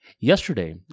Yesterday